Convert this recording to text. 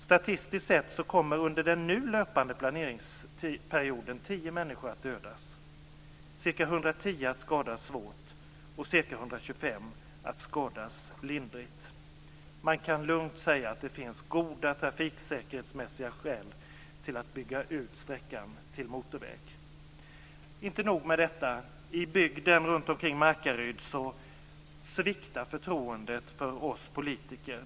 Statistiskt sett kommer under den nu löpande planeringsperioden 10 människor att dödas, ca 110 att skadas svårt och ca 125 att skadas lindrigt. Man kan lugnt säga att det finns goda trafiksäkerhetsmässiga skäl till att bygga ut sträckan till motorväg. Inte nog med detta. I bygden runtomkring Markaryd sviktar förtroendet för oss politiker.